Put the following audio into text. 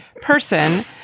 person